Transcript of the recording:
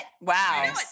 Wow